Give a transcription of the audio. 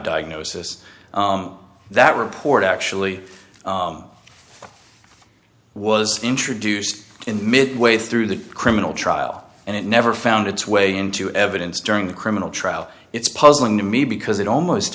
diagnosis that report actually was introduced in mid way through the criminal trial and it never found its way into evidence during the criminal trial it's puzzling to me because it almost